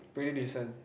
pretty decent